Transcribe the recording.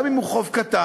גם אם הוא חוב קטן,